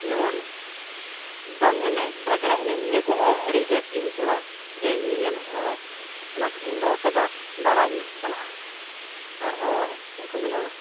ᱡᱮ ᱡᱮᱢ ᱫᱚᱝ ᱮᱱᱮᱡ ᱞᱟᱜᱽᱲᱮ ᱮᱱᱮᱡ ᱱᱤᱭᱟᱹ ᱠᱚᱦᱚᱸ ᱟᱹᱰᱤ ᱵᱮᱥ ᱜᱮᱧ ᱟᱹᱭᱠᱟᱹᱣᱟ ᱡᱮ ᱧᱮᱧᱮᱞ ᱨᱮᱦᱚᱸ ᱚᱱᱟ ᱛᱮᱜᱮ ᱤᱧ ᱫᱚ ᱠᱟᱡᱟᱠ ᱫᱟᱲᱟᱧ ᱪᱟᱞᱟᱜᱼᱟ ᱟᱨᱦᱚᱸ ᱪᱮᱫ ᱠᱚ ᱢᱮᱱᱟ